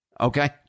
Okay